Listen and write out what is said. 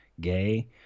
gay